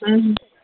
हूं हूं